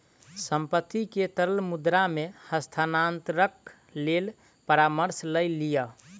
संपत्ति के तरल मुद्रा मे हस्तांतरणक लेल परामर्श लय लिअ